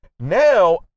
Now